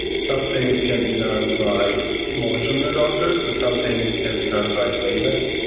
some things can be done by more junior doctors, and some things can be done by a layman.